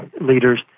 leaders